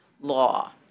law